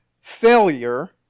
failure